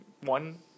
one